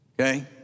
Okay